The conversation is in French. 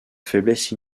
faiblesse